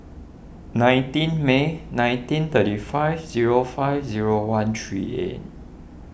nineteen May nineteen thirty five zero five zero one three eight